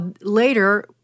Later